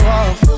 off